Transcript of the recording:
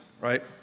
right